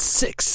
six